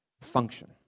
function